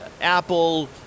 apple